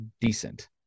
decent